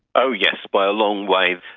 oh yes, by a long way.